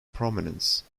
prominence